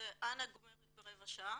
"אנה גומרת ברבע שעה".